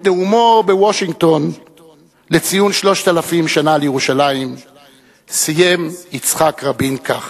את נאומו בוושינגטון לציון שלושת-אלפים שנה לירושלים סיים יצחק רבין כך: